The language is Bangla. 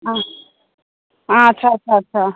ও আচ্ছা আচ্ছা আচ্ছা